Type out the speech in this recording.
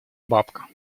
бабка